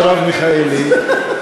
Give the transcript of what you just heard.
מרב מיכאלי,